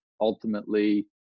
ultimately